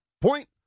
Point